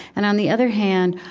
and on the other hand,